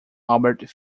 albert